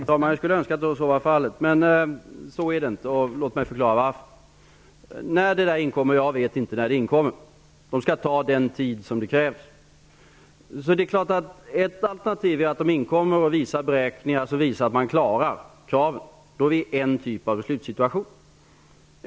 Fru talman! Jag skulle önska att så var fallet, men så är det inte. Låt mig förklara varför. När materialet inkommer -- jag vet inte när, för det skall ta den tid som krävs -- är ett alternativ att de innehåller beräkningar som visar att man uppfyller kraven. Då hamnar vi i en typ av beslutssituation.